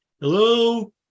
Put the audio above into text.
hello